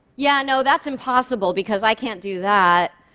yeah, no, that's impossible, because i can't do that.